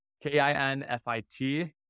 K-I-N-F-I-T